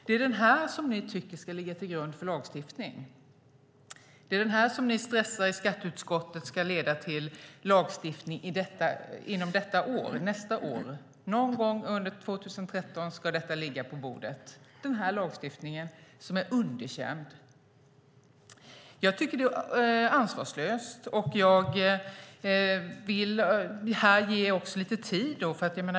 Det är den här skriften som ni tycker ska ligga till grund för lagstiftning. Det är den här, som ni stressar i skatteutskottet, som ska leda till lagstiftning nästa år. Någon gång under 2013 ska detta ligga på bordet, den lagstiftning som är underkänd. Jag tycker att det är ansvarslöst, och jag vill här också ge lite tid.